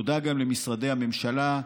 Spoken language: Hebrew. תודה גם למשרדי הממשלה,